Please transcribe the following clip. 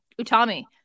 Utami